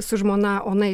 su žmona ona